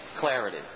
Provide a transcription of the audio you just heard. clarity